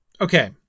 Okay